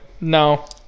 No